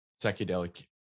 psychedelic